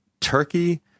turkey